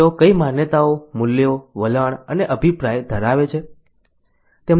તેઓ કઈ માન્યતાઓ મૂલ્યો વલણ અને અભિપ્રાય ધરાવે છે